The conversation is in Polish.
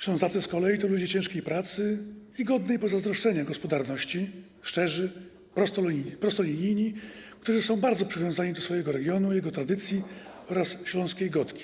Ślązacy z kolei to ludzie ciężkiej pracy i godnej pozazdroszczenia gospodarności, szczerzy, prostolinijni, którzy są bardzo przywiązani do swojego regionu, jego tradycji oraz śląskiej godki,